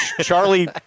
Charlie